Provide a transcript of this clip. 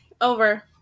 Over